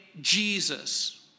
Jesus